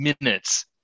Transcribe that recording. minutes